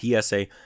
PSA